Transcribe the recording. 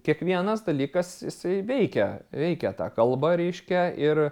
kiekvienas dalykas jisai veikia veikia tą kalbą reiškia ir